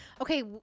Okay